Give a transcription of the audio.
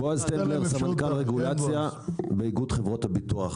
אדוני היושב ראש, חברות הביטוח